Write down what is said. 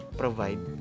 provide